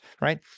right